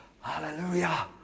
Hallelujah